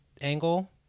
angle